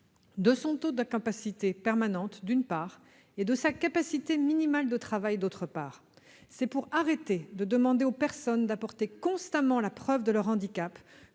de son taux d'incapacité permanente, d'une part, et de sa capacité minimale de travail, d'autre part. C'est pour arrêter de demander aux personnes d'apporter constamment la preuve de leur handicap